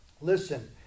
Listen